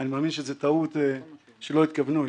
אני מאמין שזו טעות שלא התכוונו אליה.